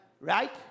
Right